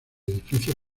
edificio